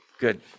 Good